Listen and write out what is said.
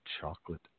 chocolate